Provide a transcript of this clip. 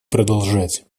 продолжать